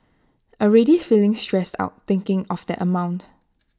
already feeling stressed out thinking of that amount